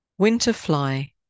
Winterfly